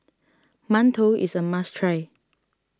Mantou is a must try